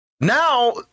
Now